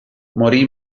morì